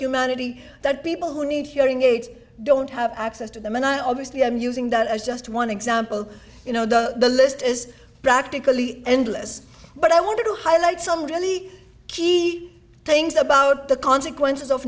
humanity that people who need hearing aids don't have access to them and i obviously am using that as just one example you know the list is practically endless but i wanted to highlight some really key things about the consequences of